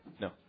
No